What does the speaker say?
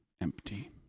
empty